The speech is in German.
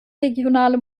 regionale